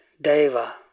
Deva